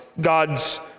God's